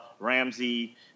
Ramsey